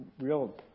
real